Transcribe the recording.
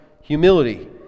humility